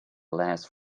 last